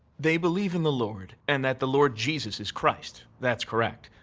they believe in the lord, and that the lord jesus is christ. that's correct.